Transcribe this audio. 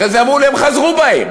אחרי זה אמרו לי: הם חזרו בהם.